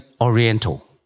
oriental